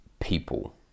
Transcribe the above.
people